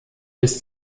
bis